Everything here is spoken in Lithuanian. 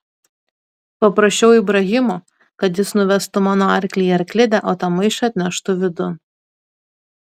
paprašiau ibrahimo kad jis nuvestų mano arklį į arklidę o tą maišą atneštų vidun